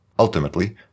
Ultimately